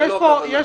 זאת לא הכוונה.